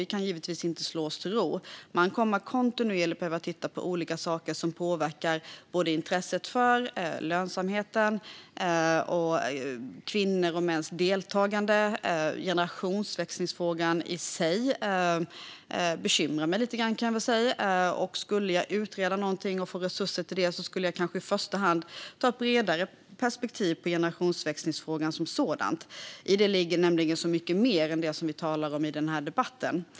Vi kan givetvis inte slå oss till ro. Man kommer kontinuerligt att behöva titta på olika saker som påverkar intresset, lönsamheten och kvinnors och mäns deltagande. Generationsväxlingsfrågan bekymrar mig, och skulle jag utreda något och få resurser till det skulle jag i första hand vilja få ett bredare perspektiv på generationsväxlingsfrågan som sådan. I den ligger nämligen så mycket mer än det vi talar om i denna debatt.